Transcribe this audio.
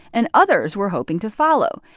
and others were hoping to follow.